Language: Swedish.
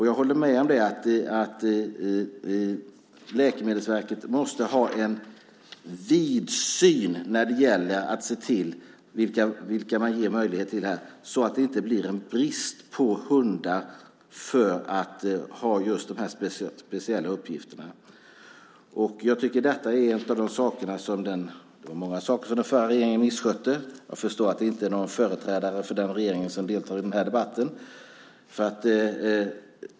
Jag håller med om att Läkemedelsverket måste ha en vidsyn när det gäller att se till vilka man ger möjlighet så att det inte blir en brist på hundar som har just de här speciella uppgifterna. Jag tycker att detta är en av de många saker som den förra regeringen misskötte - jag förstår att det inte är någon företrädare för den regeringen som deltar i den här debatten.